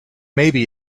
maybe